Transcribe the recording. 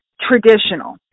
traditional